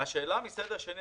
השאלה מסד שני,